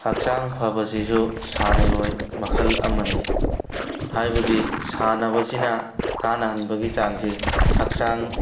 ꯍꯛꯆꯥꯡ ꯐꯕꯁꯤꯁꯨ ꯁꯥꯟꯅꯔꯣꯏ ꯃꯈꯜ ꯑꯃꯅꯤ ꯍꯥꯏꯕꯗꯤ ꯁꯥꯟꯅꯕꯁꯤꯅ ꯀꯥꯟꯅ ꯍꯟꯕꯒꯤ ꯆꯥꯡꯁꯦ ꯍꯛꯆꯥꯡ